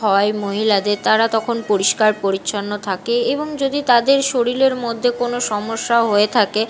হয় মহিলাদের তারা তখন পরিষ্কার পরিচ্ছন্ন থাকে এবং যদি তাদের শরীরের মধ্যে কোনো সমস্যা হয়ে থাকে